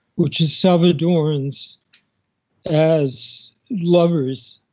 which is salvadorans as lovers,